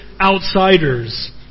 outsiders